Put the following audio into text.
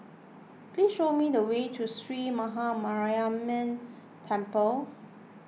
please show me the way to Sree Maha Mariamman Temple